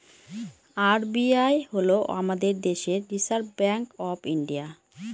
RBI হল আমাদের দেশের রিসার্ভ ব্যাঙ্ক অফ ইন্ডিয়া